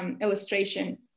illustration